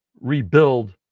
rebuild